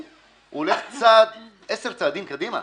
הוא הולך 10 צעדים קדימה.